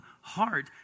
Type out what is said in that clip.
heart